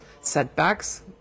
setbacks